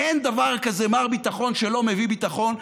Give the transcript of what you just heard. אין דבר כזה "מר ביטחון" שלא מביא ביטחון.